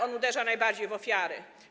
On uderza najbardziej w ofiary.